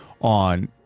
on